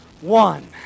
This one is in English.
one